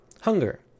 Hunger